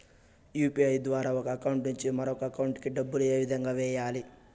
UPI ద్వారా ఒక account నుంచి మరొక అకౌంట్ కి డబ్బులు ఏ విధంగా వెయ్యాలి